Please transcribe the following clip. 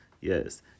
yes